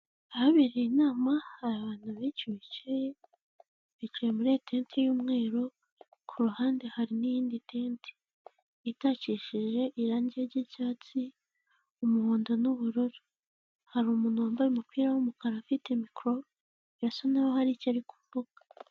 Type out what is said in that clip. Ahabereye inama hari abantu benshi bicaye muri etenti y'umweru ku ruhande hari n'iyindi tente itakishije irangi ry'icyatsi, umuhondo n'ubururu, hari umuntu wambaye umupira w'umukara afite mikoro birasa naho hari icyo ari kuvuga.